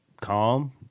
calm